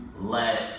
let